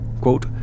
Quote